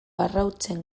arrautzen